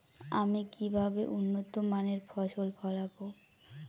আমি কিভাবে উন্নত মানের ফসল ফলাব?